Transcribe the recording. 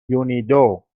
یونیدو